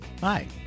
Hi